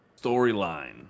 storyline